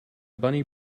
bunny